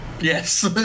Yes